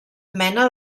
mena